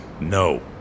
no